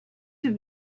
have